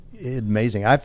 Amazing